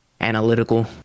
analytical